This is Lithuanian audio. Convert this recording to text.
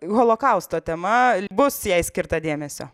holokausto tema bus jai skirta dėmesio